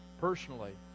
personally